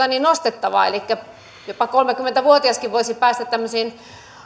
nostettavaa elikkä jopa kolmekymmentä vuotiaskin voisi päästä tämmöiseen